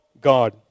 God